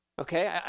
Okay